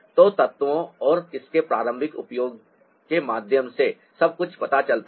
तो तत्वों और इसके प्रारंभिक उपयोग के माध्यम से सब कुछ पता चलता है